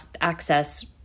access